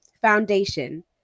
foundation